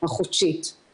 רשאי וזכאי וראוי שיעשה כך,